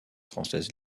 françaises